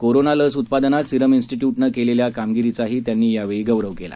corona लस उत्पादनात Serum इन्स्टिट्यूटनं केलेल्या कामगिरीचाही त्यांनी यावेळी गौरव केला